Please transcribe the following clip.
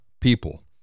people